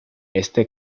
este